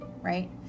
right